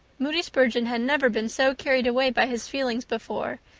moody spurgeon had never been so carried away by his feelings before,